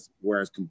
Whereas